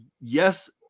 yes